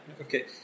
Okay